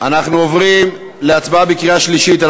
אנחנו עוברים להצבעה בקריאה שלישית על